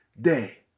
day